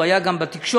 הוא היה גם בתקשורת,